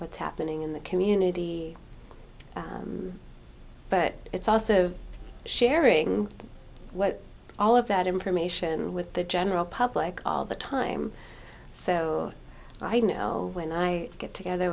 what's happening in the community but it's also sharing what all of that information with the general public all the time so i know when i get together